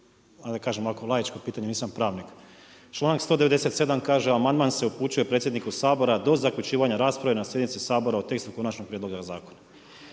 da kažem ovako laičko pitanje, nisam pravnik. Članak 197. kaže: „Amandman se upućuje predsjedniku Sabora do zaključivanja rasprave na sjednici Sabora o tekstu Konačnog prijedloga Zakona.“.